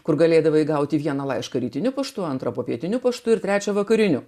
kur galėdavai gauti vieną laišką rytiniu paštu antrą popietiniu paštu ir trečią vakariniu